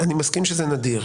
אני מסכים שזה נדיר,